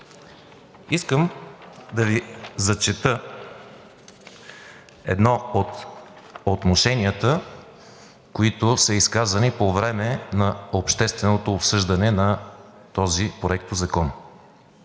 Искам да Ви зачета едно от отношенията, които са изказани по време на общественото обсъждане на този проектозакон.